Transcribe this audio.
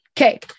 Okay